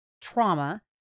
trauma